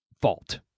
fault